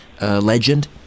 legend